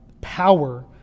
power